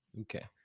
Okay